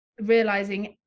realizing